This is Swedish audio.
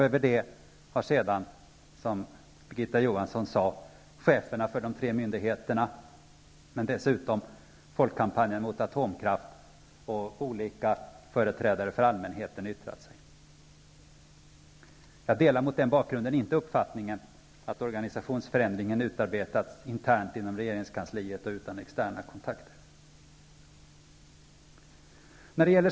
Över detta har sedan, som Birgitta Johansson sade, cheferna för de tre myndigheterna, Folkkampanjen mot atomkraft och olika företrädare för allmänheten yttrat sig. Jag delar mot den bakgrunden inte uppfattningen att organisationsförändringen utarbetats internt inom regeringskansliet och utan externa kontakter.